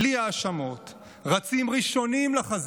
בלי האשמות, רצים ראשונים לחזית,